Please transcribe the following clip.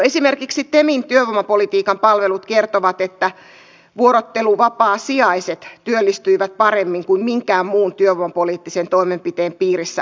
esimerkiksi temin työvoimapolitiikan palvelut kertovat että vuorotteluvapaasijaiset työllistyivät paremmin kuin minkään muun työvoimapoliittisen toimenpiteen piirissä olevat